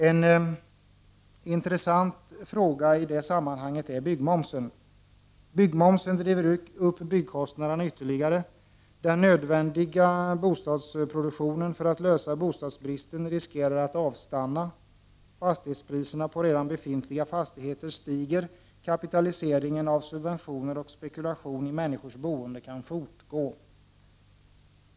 En intressant fråga i det sammanhanget är byggmomsen. Byggmomsen driver upp byggkostnaderna ytterligare. Den nödvändiga produktionen av bostäder för att åtgärda bostadsbristen riskerar att avstanna. Fastighetspriserna på redan befintliga fastigheter stiger. Kapitalisering av subventioner och spekulation i människors boende kan fortgå.